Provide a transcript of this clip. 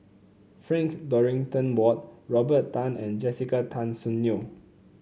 Frank Dorrington Ward Robert Tan and Jessica Tan Soon Neo